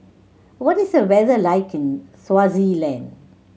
what is the weather like in Swaziland